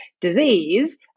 disease